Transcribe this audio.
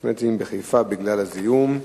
אסתמטיים בחיפה בגלל זיהום אוויר,